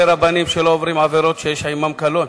רבנים שעוברים עבירות שיש עמן קלון.